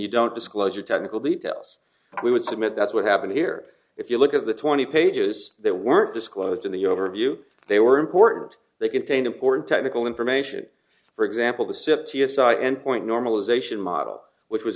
you don't disclose your technical details we would submit that's what happened here if you look at the twenty pages that weren't disclosed in the overview they were important they contain important technical information for example the cip t s i endpoint normalization model which was